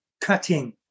cutting